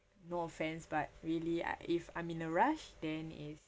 no offence but really I if I'm in a rush then it's